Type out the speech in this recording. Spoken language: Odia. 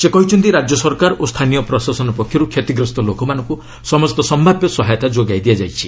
ସେ କହିଛନ୍ତି ରାଜ୍ୟ ସରକାର ଓ ସ୍ଥାନୀୟ ପ୍ରଶାସନ ପକ୍ଷରୁ କ୍ଷତିଗ୍ରସ୍ତ ଲୋକମାନଙ୍କୁ ସମସ୍ତ ସମ୍ଭାବ୍ୟ ସହାୟତା ଯୋଗାଇ ଦିଆଯାଇଛି